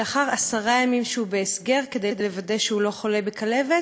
לאחר עשרה ימים שהוא בהסגר כדי לוודא שהוא לא חולה בכלבת,